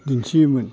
दिन्थियोमोन